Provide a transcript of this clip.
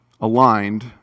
aligned